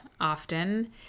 Often